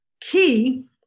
key